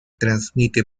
transmite